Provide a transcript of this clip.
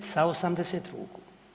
Sa 80 ruku.